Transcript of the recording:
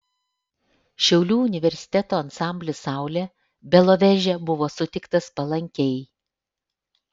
šiaulių universiteto ansamblis saulė beloveže buvo sutiktas palankiai